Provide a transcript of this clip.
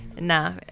Nah